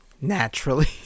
naturally